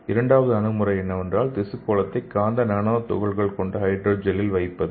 இரண்டாவது அணுகுமுறை என்னவென்றால் திசு கோளத்தை காந்த நானோ துகள்கள் கொண்ட ஹைட்ரஜலில் வைப்பது